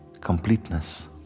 completeness